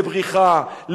לבריחה,